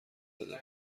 داریم